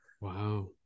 wow